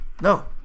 No